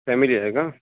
family आहे का